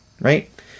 right